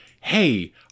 hey